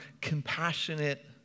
compassionate